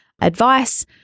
advice